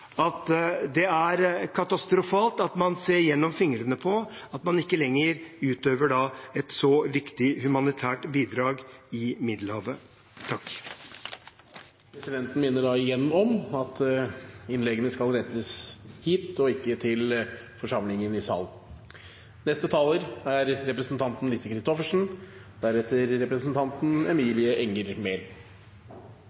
at det er katastrofalt at man ser gjennom fingrene med at man ikke lenger utøver et så viktig humanitært bidrag i Middelhavet. Presidenten minner igjen om at innleggene skal rettes hit, ikke til forsamlingen i salen.